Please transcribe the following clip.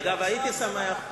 אגב, הייתי שמח,